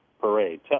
parade